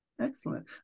excellent